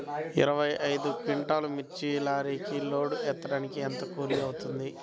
ఇరవై ఐదు క్వింటాల్లు మిర్చి లారీకి లోడ్ ఎత్తడానికి ఎంత కూలి అవుతుంది?